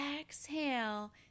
exhale